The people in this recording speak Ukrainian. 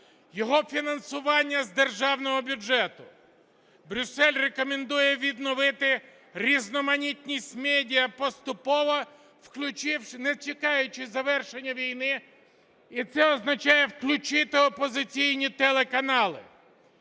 його фінансування з державного бюджету. Брюссель рекомендує відновити різноманітність медіа поступово, не чекаючи завершення війни. І це означає включити опозиційні телеканали.